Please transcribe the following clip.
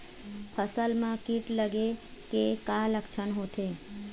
फसल म कीट लगे के का लक्षण होथे?